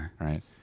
right